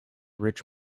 rich